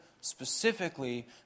specifically